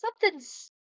something's